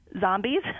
zombies